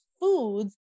foods